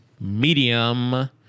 Medium